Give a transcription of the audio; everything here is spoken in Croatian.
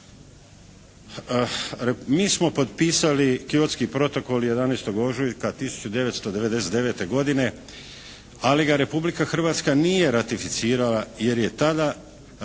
Mi smo potpisali Kyotski protokol 11. ožujka 1999. godine ali ga Republika Hrvatska nije ratificirala jer tada nije